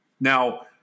Now